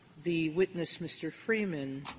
the witness, mr. freeman,